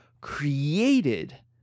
created